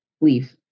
leave